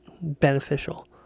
beneficial